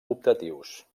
optatius